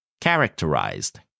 Characterized